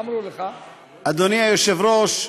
אדוני היושב-ראש,